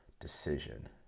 decision